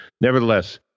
Nevertheless